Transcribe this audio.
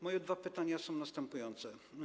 Moje dwa pytania są następujące.